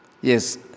yes